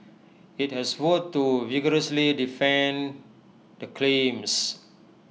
IT has vowed to vigorously defend the claims